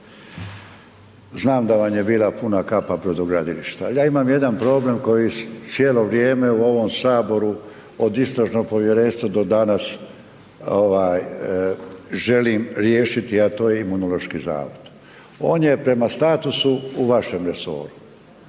znam da vam je bila puna kapa brodogradilišta, ali ja imam jedan problem koji cijelo vrijeme u ovom Saboru od Istražnog povjerenstva do danas želim riješiti, a to je Imunološki zavod. On je prema statusu u vašem resoru,